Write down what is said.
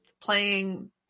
playing